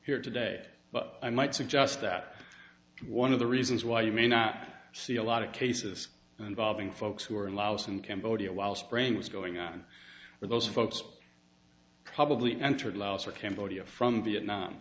here today but i might suggest that one of the reasons why you may not see a lot of cases involving folks who are laos and cambodia while spraying was going on for those folks probably entered laos or cambodia from